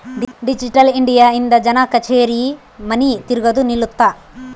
digital India ಇಂದ ಜನ ಕಛೇರಿ ಮನಿ ತಿರ್ಗದು ನಿಲ್ಲುತ್ತ